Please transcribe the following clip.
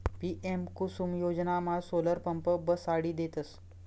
PM Kusum योजनामा solar pump बसाडी देतस